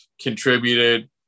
contributed